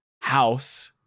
House